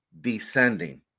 descending